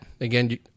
again